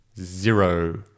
Zero